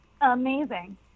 Amazing